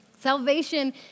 Salvation